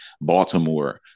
Baltimore